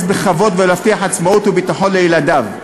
בכבוד ולהבטיח עצמאות וביטחון לילדיו.